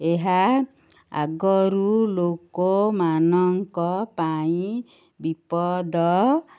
ଏହା ଆଗରୁ ଲୋକମାନଙ୍କ ପାଇଁ ବିପଦ